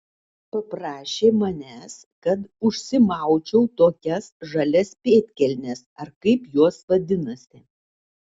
paprašė manęs kad užsimaučiau tokias žalias pėdkelnes ar kaip jos vadinasi